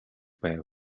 байв